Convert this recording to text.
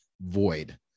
void